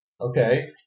Okay